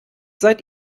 seid